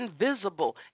invisible